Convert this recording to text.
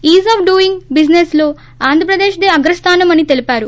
is of doing బిజినెస్లో ఆంధ్రప్రదేశ్ దే అగ్రస్తానమని తెలిపారు